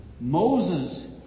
Moses